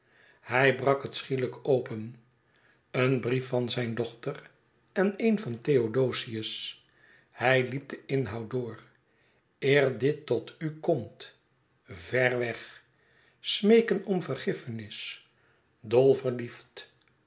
hij brak het schielijk open een brief van zijn dochter en een van theodosius hij hep den inhoud door eer dit tot u komt ver weg smeeken om vergiffenis dol verliefd